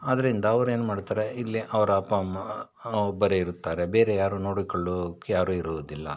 ಆದ್ದರಿಂದ ಅವ್ರು ಏನು ಮಾಡ್ತಾರೆ ಇಲ್ಲೇ ಅವ್ರ ಅಪ್ಪ ಅಮ್ಮ ಒಬ್ಬರೇ ಇರುತ್ತಾರೆ ಬೇರೆ ಯಾರೂ ನೋಡಿಕೊಳ್ಳೋಕ್ಕೆ ಯಾರೂ ಇರುವುದಿಲ್ಲ